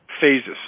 phases